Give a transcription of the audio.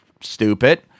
stupid